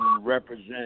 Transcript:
represent